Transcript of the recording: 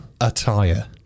attire